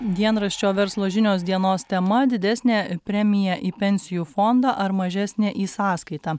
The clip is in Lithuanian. dienraščio verslo žinios dienos tema didesnė premija į pensijų fondą ar mažesnė į sąskaitą